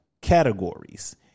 categories